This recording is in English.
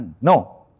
No